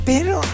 Pero